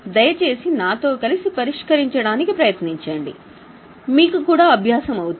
దయచేసి నాతో కలిసి పరిష్కరించడానికి ప్రయత్నించండి మీకు కూడా అభ్యాసం అవుతుంది